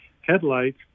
Headlights